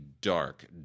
dark